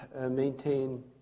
maintain